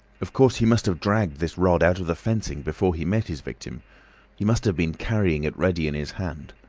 of course, he must have dragged this rod out of the fencing before he met his victim he must have been carrying it ready in his hand.